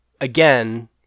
again